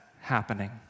happening